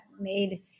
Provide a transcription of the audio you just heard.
made